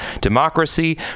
democracy